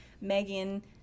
Megan